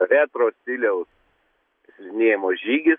retro stiliaus slidinėjimo žygis